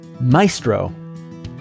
maestro